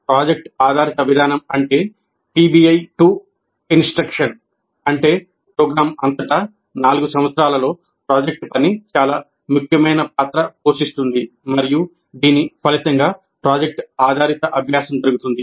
project ఆధారిత విధానం లేదా పిబిఐ టు ఇన్స్ట్రక్షన్ అంటే ప్రోగ్రాం అంతటా 4 సంవత్సరాలలో ప్రాజెక్ట్ పని చాలా ముఖ్యమైన పాత్ర పోషిస్తుంది మరియు దీని ఫలితంగా ప్రాజెక్ట్ ఆధారిత అభ్యాసం జరుగుతుంది